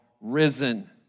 Risen